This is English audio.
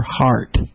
heart